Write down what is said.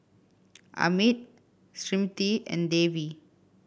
Amit Smriti and Devi